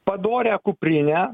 padorią kuprinę